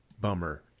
bummer